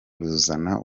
ruzana